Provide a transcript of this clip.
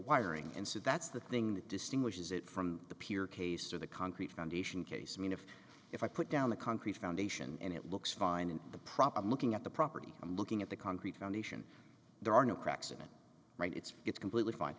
wiring and so that's the thing that distinguishes it from the pier case to the concrete foundation case i mean if if i put down the concrete foundation and it looks fine and the prop i'm looking at the property i'm looking at the concrete foundation there are no cracks in it right it's it's completely fine